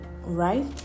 right